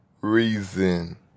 reason